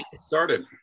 started